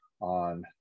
on